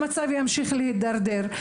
המצב ימשיך להידרדר.